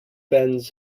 bends